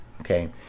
okay